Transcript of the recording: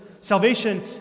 Salvation